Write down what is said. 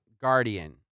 guardian